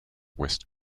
west